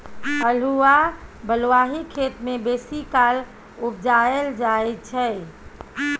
अल्हुआ बलुआही खेत मे बेसीकाल उपजाएल जाइ छै